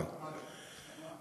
אגב,